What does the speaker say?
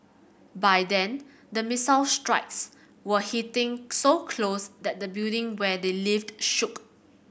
by then the missile strikes were hitting so close that the building where they lived shook